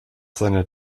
seiner